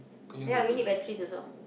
ya we need batteries also